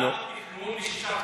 התכנון לשישה חודשים,